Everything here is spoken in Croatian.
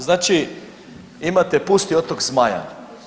Znači imate pusti otok Zmajan.